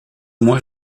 mois